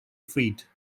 freed